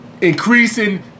increasing